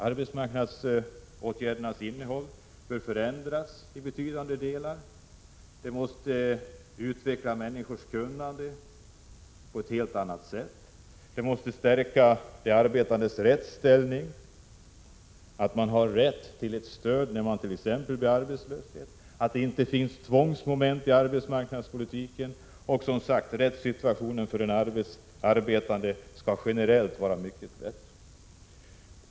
Arbetsmarknadsåtgärdernas innehåll bör förändras i betydande delar. De måste utveckla människors kunnande på ett helt annat sätt. De måste stärka de arbetandes rättsställning, så att man har rätt till stöd när man blir arbetslös, så att det inte finns tvångsmoment i arbetsmarknadspolitiken osv. Rättssituationen för den arbetande skall generellt vara mycket bättre.